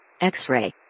X-Ray